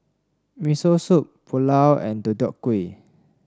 Miso Soup Pulao and Deodeok Gui